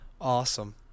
Awesome